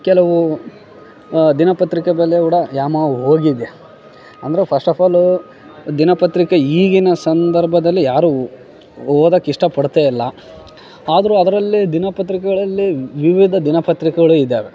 ಕೆಲವು ದಿನಪತ್ರಿಕೆ ಬೆಲೆ ಉಡ ಯಾಮೋಹ ಹೋಗಿದೆ ಅಂದರೆ ಫಸ್ಟ್ ಆಫ್ ಫಾಲು ದಿನಪತ್ರಿಕೆ ಈಗಿನ ಸಂದರ್ಭದಲ್ಲಿ ಯಾರು ಉ ಓದಾಕೆ ಇಷ್ಟ ಪಡ್ತಾಯಿಲ್ಲ ಆದರು ಅದರಲ್ಲೇ ದಿನಪತ್ರಿಕೆಗಳಲ್ಲೇ ವಿವಿಧ ದಿನಪತ್ರಿಕೆಗಳು ಇದಾವೆ